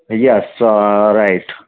yes right